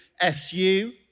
SU